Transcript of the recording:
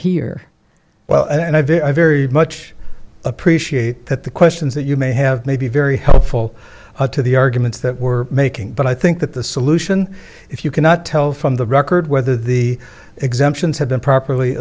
well and i very much appreciate that the questions that you may have may be very helpful to the arguments that we're making but i think that the solution if you cannot tell from the record whether the exemptions have been properly